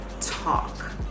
talk